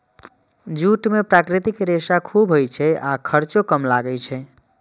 jute मे प्राकृतिक रेशा खूब होइ छै आ खर्चो कम लागै छै